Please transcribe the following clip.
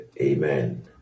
Amen